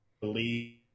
believe